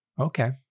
Okay